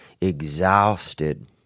exhausted